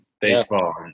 baseball